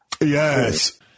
yes